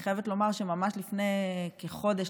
אני חייבת לומר שממש לפני כחודש,